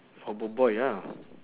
boboiboy ah